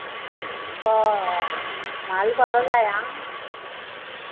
बरें म्हाल बरो जाय आं